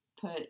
put